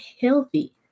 healthy